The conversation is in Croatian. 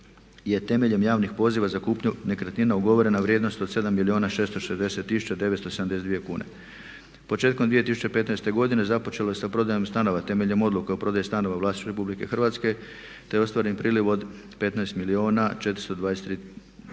je temeljem javnih poziva za kupnju nekretnina ugovorena vrijednost od 7 milijuna 660 tisuća 972 kune. Početkom 2015. godine započelo je sa prodajom stanova temeljem odluke o prodaji stanova u vlasništvu RH te je ostvaren priljev od 15 milijuna